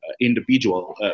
individual